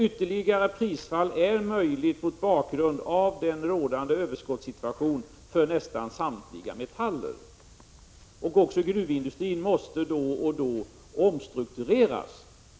Ytterligare prisfall är möjligt mot bakgrund av den rådande överskottssituationen för nästan samtliga metaller. Också gruvindustrin måste då och då omstruktureras.